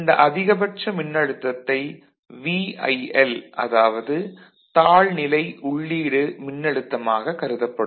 இந்த அதிகபட்ச மின்னழுத்தத்தை VIL அதாவது தாழ் நிலை உள்ளீடு மின்னழுத்தமாகக் கருதப்படும்